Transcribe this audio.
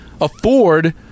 afford